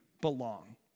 belong